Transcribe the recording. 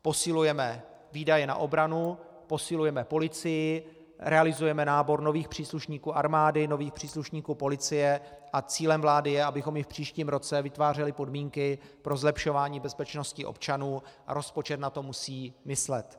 Posilujeme výdaje na obranu, posilujeme policii, realizujeme nábor nových příslušníků armády, nových příslušníků policie a cílem vlády je, abychom i v příštím roce vytvářeli podmínky pro zlepšování bezpečnosti občanů, a rozpočet na to musí myslet.